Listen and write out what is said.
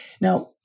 now